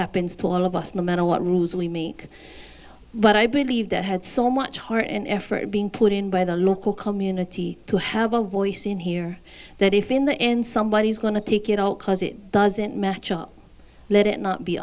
happens to all of us no matter what rules we me but i believe that had so much heart and effort being put in by the local community to have a voice in here that if in the end somebody is going to take it all cause it doesn't match up let it not be